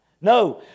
No